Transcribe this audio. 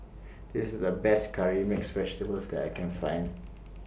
This IS The Best Curry Mixed Vegetable that I Can Find